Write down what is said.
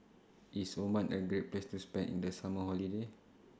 IS Oman A Great Place to spend in The Summer Holiday